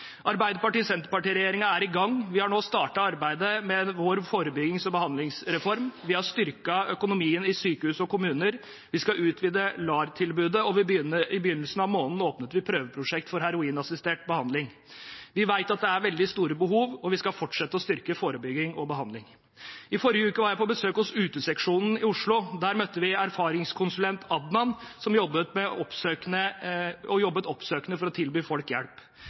er i gang. Vi har nå startet arbeidet med vår forebyggings- og behandlingsreform. Vi har styrket økonomien i sykehus og kommuner. Vi skal utvide LAR-tilbudet, og i begynnelsen av måneden åpnet vi prøveprosjekt for heroinassistert behandling. Vi vet at det er veldig store behov, og vi skal fortsette å styrke forebygging og behandling. I forrige uke var jeg på besøk hos Uteseksjonen i Oslo. Der møtte vi erfaringskonsulent Adnan, som jobber oppsøkende med å tilby folk hjelp. Uteseksjonen bidrar til at vi møter flere, hjelper folk